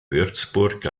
würzburg